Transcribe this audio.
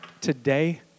Today